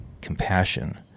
compassion